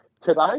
today